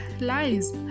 lies